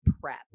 prep